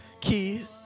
Key